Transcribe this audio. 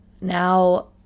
Now